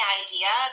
idea